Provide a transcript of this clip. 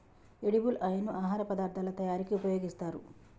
edible oil ను ఆహార పదార్ధాల తయారీకి ఉపయోగిస్తారు